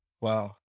Wow